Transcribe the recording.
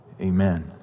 amen